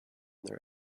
their